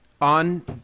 on